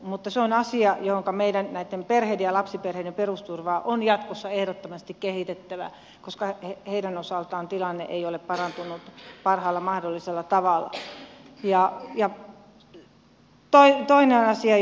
mutta se on asia jossa meidän näitten perheiden ja lapsiperheiden turvaa on jatkossa ehdottomasti kehitettävä koska heidän osaltaan tilanne ei ole parantunut parhaalla mahdollisella tavalla